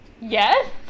Yes